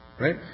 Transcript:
Right